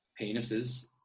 penises